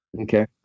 okay